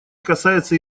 касается